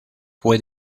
fue